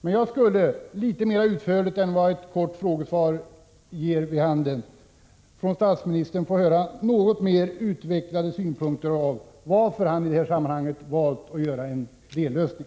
Men jag skulle, litet mer utförligt än vad ett kort frågesvar innebär, från statsministern vilja höra något mer utvecklade synpunkter på varför han i det här fallet valt att göra en dellösning.